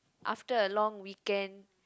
after a long weekend